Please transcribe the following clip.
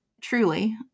truly